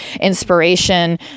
Inspiration